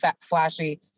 flashy